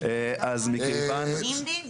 לגיטימי,